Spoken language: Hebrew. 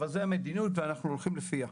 אבל זו המדיניות ואנחנו הולכים לפיה.